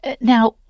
Now